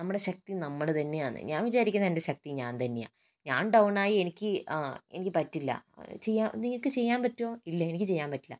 നമ്മുടെ ശക്തി നമ്മൾ തന്നെയാണ് ഞാൻ വിചാരിക്കുന്നത് എൻ്റെ ശക്തി ഞാൻ തന്നെയാ ഞാൻ ഡൗൺ ആയ എനിക്ക് പറ്റില്ല ചെ നിനക്ക് ചെയ്യാൻ പറ്റോ ഇല്ല എനിക്ക് ചെയ്യാൻ പറ്റില്ല